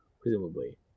presumably